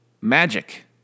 magic